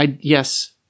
Yes